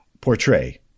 portray